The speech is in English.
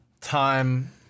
time